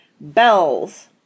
Bells